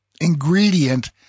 ingredient